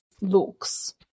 looks